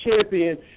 champion